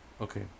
Okay